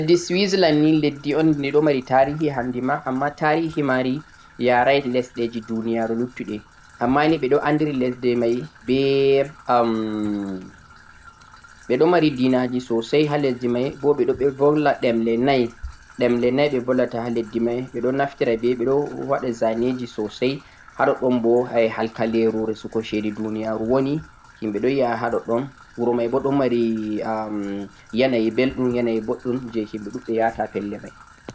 leddi Swaziland ni leddi un de ɗo mari tarihi handima amma tarihi mari yarai lesɗeji duniyaru luttuɗe, amma ni ɓe andiri lesde mai be am, ɓe ɗo mari dinaji sosai ha lesdi mai bo ɓe volla ɗemle nai, ɗemle nai ɓe vollata ha leddi mai, ɓe naftira be ɓe ɓe ɗo waɗa za ne ji sosai, ha ɗoɗɗon bo haikaleru resugo shede duniyaru woni, himɓe ɗo yi a ha ɗoɗɗon, wuro mai bo ɗo mari am yanayi belɗum, yanayi boɗɗum ya ta ha pelle mai.